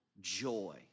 joy